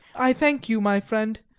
i thank you, my friend,